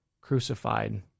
crucified